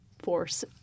force